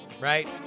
right